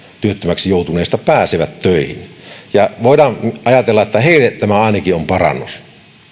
työttömäksi joutuneista pääsee töihin voidaan ajatella että heille tämä ainakin on parannus